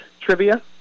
Trivia